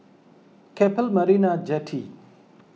Keppel Marina Jetty